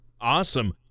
Awesome